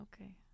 Okay